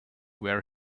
where